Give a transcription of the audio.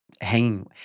hanging –